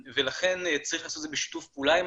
ולכן צריך לעשות את זה בשיתוף פעולה עם